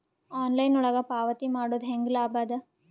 Online ಒಳಗ ಪಾವತಿ ಮಾಡುದು ಹ್ಯಾಂಗ ಲಾಭ ಆದ?